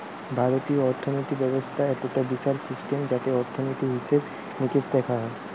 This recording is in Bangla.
ভারতীয় অর্থিনীতি ব্যবস্থা একটো বিশাল সিস্টেম যাতে অর্থনীতি, হিসেবে নিকেশ দেখা হয়